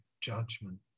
judgment